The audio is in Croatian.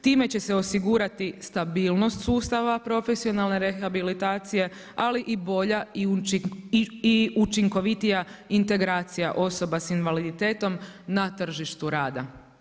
Time će se osigurati stabilnost sustava profesionalne rehabilitacije ali i bolja i učinkovitija integracija osoba sa invaliditetom na tržištu rada.